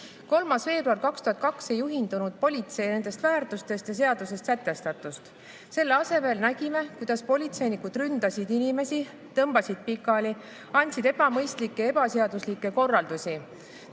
3. veebruaril 2022 ei juhindunud politsei nendest väärtustest ja seaduses sätestatust. Selle asemel nägime, kuidas politseinikud ründasid inimesi, tõmbasid nad pikali, andsid ebamõistlikke ja ebaseaduslikke korraldusi,